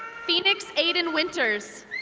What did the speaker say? phoenix aden winters.